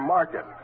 Market